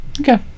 Okay